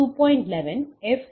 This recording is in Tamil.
11 எஃப்